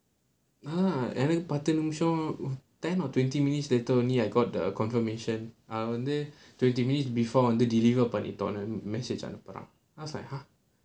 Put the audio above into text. !huh! எனக்கு பத்து நிமிஷம்:enakku paththu nimisham ten or twenty minutes later only I got the confirmation நான் வந்து:naan vanthu twenty minutes before வந்து:vanthu deliver பண்ணிட்டேன்னு:pannitaenu message அனுப்புறான்:anuppuraan I was like !huh!